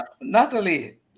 Natalie